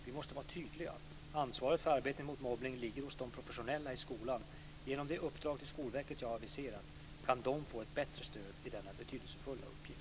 Vi måste vara tydliga. Ansvaret för arbetet mot mobbning ligger hos de professionella i skolan. Genom det uppdrag till Skolverket jag aviserat kan de få ett bättre stöd i denna betydelsefulla uppgift.